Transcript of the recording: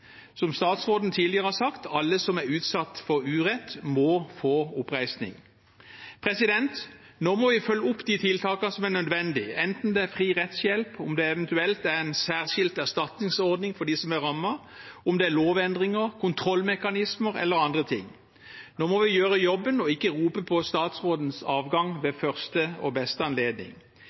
Som statsråden tidligere har sagt, må alle som er utsatt for urett, få oppreisning. Nå må vi følge opp de tiltakene som er nødvendige, om det er fri rettshjelp, om det eventuelt er en særskilt erstatningsordning for dem som er rammet, om det er lovendringer, kontrollmekanismer eller andre ting. Nå må vi gjøre jobben og ikke rope på statsrådens avgang ved første og beste anledning.